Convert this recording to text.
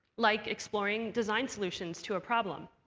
like exploring design solutions to a problem.